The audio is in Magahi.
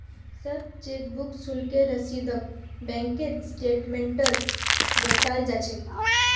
सब चेकबुक शुल्केर रसीदक बैंकेर स्टेटमेन्टत दर्शाल जा छेक